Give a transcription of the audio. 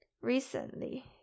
recently